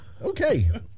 Okay